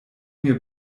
mir